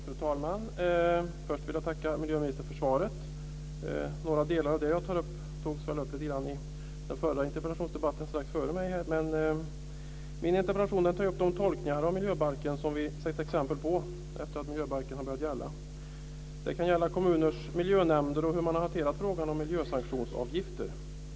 Fru talman! Först vill jag tacka miljöministern för svaret. Några delar togs upp redan i den förra interpellationsdebatten. Min interpellation tar upp de tolkningar av miljöbalken som vi har sett exempel på efter det att miljöbalken har börjat gälla. Det kan gälla hur kommuners miljönämnder hanterar frågan om miljösanktionsavgifter.